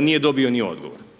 nije dobio ni odgovor,